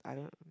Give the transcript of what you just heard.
I don't